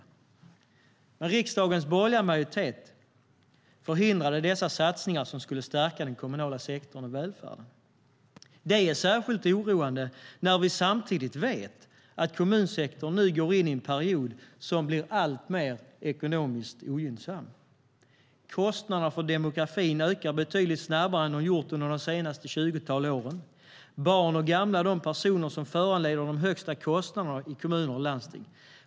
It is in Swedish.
Men riksdagens borgerliga majoritet förhindrade dessa satsningar som skulle stärka den kommunala sektorn och välfärden. Det är särskilt oroande när vi samtidigt vet att kommunsektorn nu går in i en period som blir alltmer ekonomiskt ogynnsam. Kostnaderna för demografin ökar betydligt snabbare än de gjort under de senaste tjugotal åren. Barn och gamla är de personer som föranleder de högsta kostnaderna i kommuner och landsting.